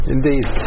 Indeed